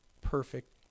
perfect